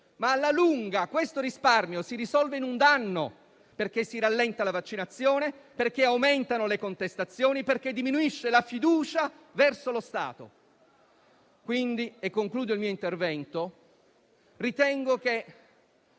ma alla lunga questo risparmio si risolve in un danno, perché si rallenta la vaccinazione, perché aumentano le contestazioni, perché diminuisce la fiducia verso lo Stato. Pertanto, avviandomi alla conclusione del mio intervento, ritengo che